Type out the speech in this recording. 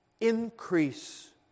increase